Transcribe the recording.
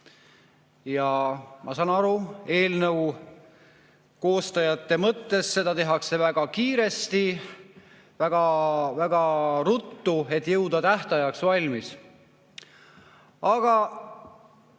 Ja ma saan aru eelnõu koostajate mõttest, seda tehakse väga kiiresti, väga-väga ruttu, et jõuda tähtajaks valmis. Aga